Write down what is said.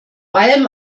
allem